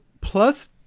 plus